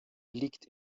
liegt